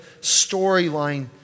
storyline